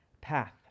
path